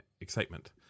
excitement